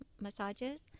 massages